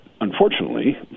unfortunately